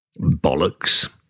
Bollocks